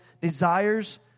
desires